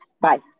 Bye